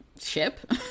ship